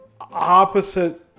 opposite